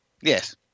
yes